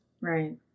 Right